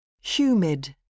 humid